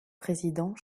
président